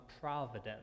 providence